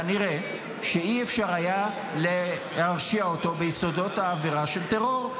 כנראה שלא היה אפשר להרשיע אותו ביסודות העבירה של טרור,